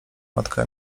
matka